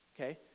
Okay